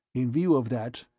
in view of that,